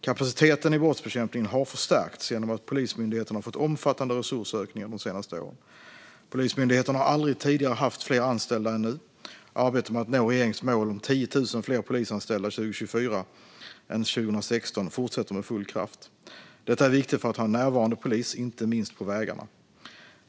Kapaciteten i brottsbekämpningen har förstärkts genom att Polismyndigheten fått omfattande resursökningar de senaste åren. Polismyndigheten har aldrig tidigare haft fler anställda än nu, och arbetet med att nå regeringens mål om 10 000 fler polisanställda 2024 än 2016 fortsätter med full kraft. Detta är viktigt för att ha en närvarande polis, inte minst på vägarna.